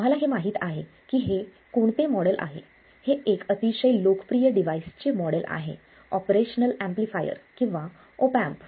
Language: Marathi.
तुम्हाला हे माहित आहे की हे कोणते मॉडेल आहे हे एक अतिशय लोकप्रिय डिव्हाइस चे मॉडेल आहेः ऑपरेशनल एम्पलीफायर किंवा ऑप एम्प